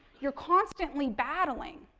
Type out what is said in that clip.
you're constantly battling.